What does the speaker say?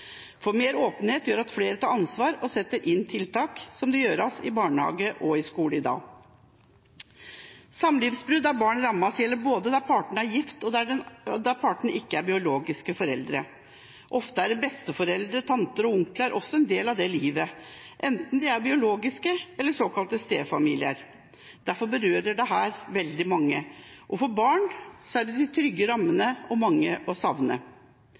for mer åpenhet gjør at flere tar ansvar og setter inn tiltak, slik det gjøres i barnehage og skole i dag. Samlivsbrudd der barn rammes, gjelder både der partene er gift, og der den ene parten ikke er biologisk forelder. Ofte er besteforeldre, tanter og onkler også en del av det livet, enten de er biologiske eller såkalte stefamilier. Derfor berører dette veldig mange, og for et barn er de de trygge rammene – og det er mange å savne.